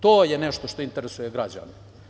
To je nešto što interesuje građane.